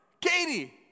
Katie